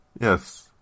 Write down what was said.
Yes